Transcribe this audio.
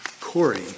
Corey